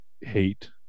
hate